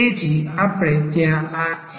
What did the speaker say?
તેથી આપણે ત્યાં આ n પરિબળ ના સમૂહ આપેલ છે